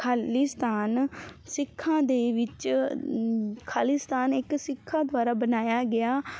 ਖਾਲਿਸਤਾਨ ਸਿੱਖਾਂ ਦੇ ਵਿੱਚ ਖਾਲਿਸਤਾਨ ਇੱਕ ਸਿੱਖਾਂ ਦੁਆਰਾ ਬਨਾਇਆ ਗਿਆ